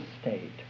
state